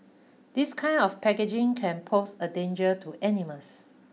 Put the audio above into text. this kind of packaging can pose a danger to animals